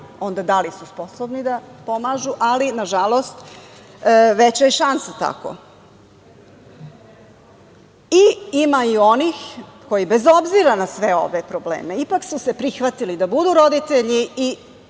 onda da li su sposobni da pomažu, ali nažalost veća je šansa tako. Ima i onih koji bez obzira na sve ove probleme ipak su se prihvatili da budu roditelji i